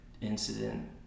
incident